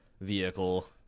vehicle